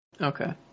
Okay